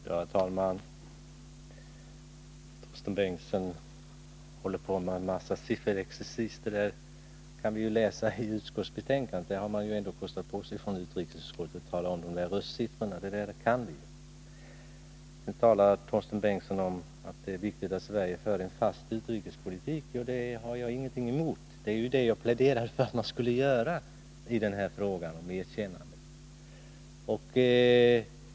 Herr talman! Torsten Bengtson håller på med sifferexercis. Men siffrorna kan vi ju läsa i utskottsbetänkandet. Utrikesutskottet har ändå kostat på sig att redovisa röstsiffrorna. Dem kan vi. Torsten Bengtson sade att det är viktigt att Sverige för en fast utrikespolitik. Det har jag ingenting emot. Det var det jag pläderade för i denna fråga.